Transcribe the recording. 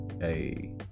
hey